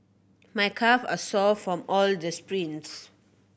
my calve are sore from all the sprints